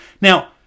Now